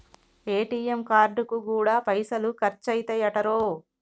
ATM కార్డుకు గూడా పైసలు ఖర్చయితయటరో